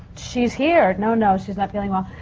she's here. no, no, she's not feeling well.